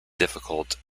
difficult